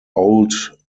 old